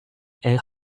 and